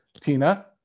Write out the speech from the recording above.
tina